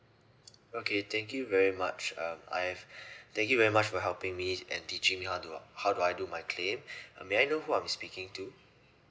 okay thank you very much um I have thank you very much for helping me and teaching me how do how do I do my claim uh may I know who I'm speaking to